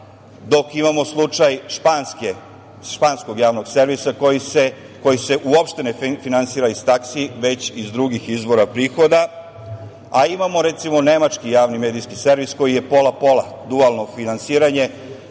Imamo slušaj španskog javnog servisa koji se uopšte ne finansira iz taksi već iz drugih izvora prihoda, a imamo nemački javni medijski servis koji je pola pola, dualno finansiranje,